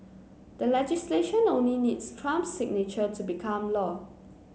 the legislation only needs Trump's signature to become law